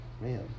Man